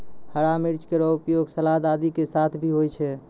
हरा मिर्च केरो उपयोग सलाद आदि के साथ भी होय छै